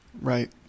Right